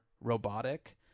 robotic